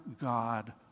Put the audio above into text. God